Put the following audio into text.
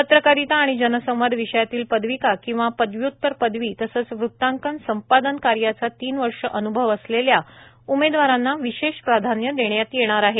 पत्रकारिता व जनसंवाद विषयातील पदविका किंवा पदव्य्तर पदवी तसेच वृतांकन संपादन कार्याचा तीन वर्ष अन्भव असलेल्या उमेदवारांना विशेष प्राधान्य देण्यात येणार आहे